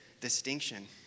distinction